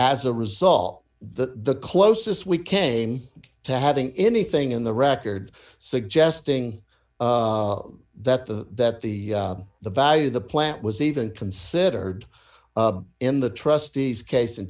as a result the closest we came to having anything in the record suggesting that the that the the value of the plant was even considered in the trustees case in